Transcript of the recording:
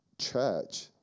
church